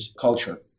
culture